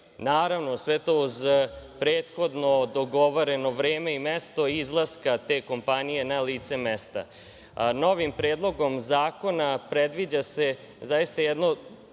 naravno, sve to uz prethodno dogovoreno vreme i mesto izlaska te kompanije na lice mesta. Novim Predlogom zakona predviđa se zaista jedno